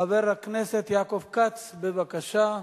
חבר הכנסת יעקב כץ, בבקשה.